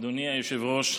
אדוני היושב-ראש,